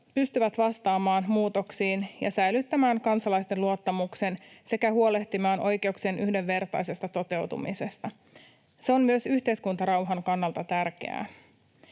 pystyvät vastaamaan muutoksiin ja säilyttämään kansalaisten luottamuksen sekä huolehtimaan oikeuksien yhdenvertaisesta toteutumisesta. Se on myös yhteiskuntarauhan kannalta tärkeää.